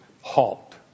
halt